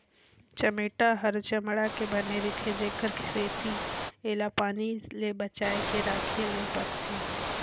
चमेटा ह चमड़ा के बने रिथे तेखर सेती एला पानी ले बचाए के राखे ले परथे